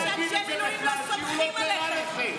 לא ההתנהלות שלכם,